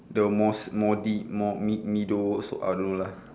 the most lah